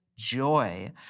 joy